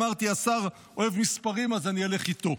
אמרתי, השר אוהב מספרים, אז אני אלך איתו.